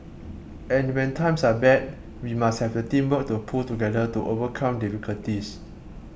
and when times are bad we must have the teamwork to pull together to overcome difficulties